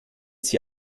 sie